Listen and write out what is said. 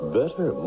better